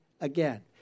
again